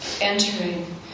entering